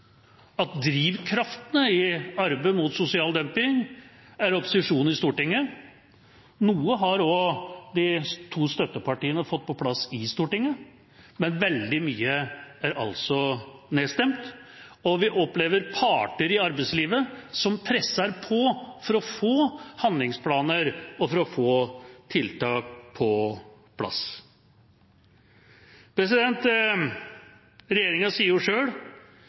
at drivkraften i arbeidet mot sosial dumping er opposisjonen i Stortinget. Noe har også de to støttepartiene fått på plass i Stortinget, men veldig mye er altså nedstemt. Og vi opplever parter i arbeidslivet som presser på for å få handlingsplaner og tiltak på plass. Regjeringa sier